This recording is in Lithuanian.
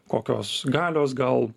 kokios galios gal